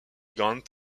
grant